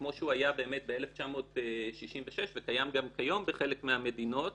כמו שהוא היה ב-1966 וקיים גם כיום בחלק מהמדינות,